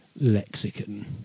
lexicon